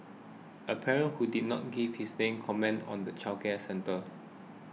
a parent who did not give his name commented on the childcare centre